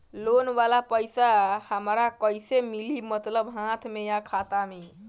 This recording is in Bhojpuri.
लोन वाला पैसा हमरा कइसे मिली मतलब हाथ में या खाता में?